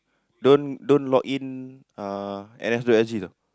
don't don't log in uh N_S S_G you know